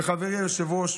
וחברי היושב-ראש,